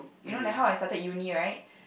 you know like how I started uni right